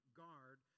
guard